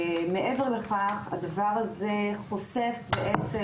מעבר לכך, הדבר הזה חושף, בעצם,